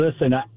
listen